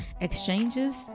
exchanges